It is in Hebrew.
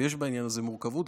ויש בעניין הזה מורכבות,